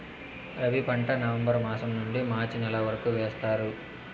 రబీ పంట నవంబర్ మాసం నుండీ మార్చి నెల వరకు వేస్తారు